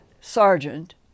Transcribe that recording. sergeant